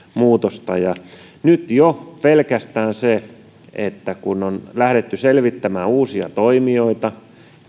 muutosta nyt jo pelkästään se että on lähdetty selvittämään uusia toimijoita